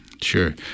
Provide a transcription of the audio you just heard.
Sure